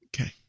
Okay